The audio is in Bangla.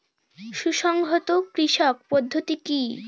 সুসংহত কৃষি পদ্ধতি কি?